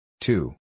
Two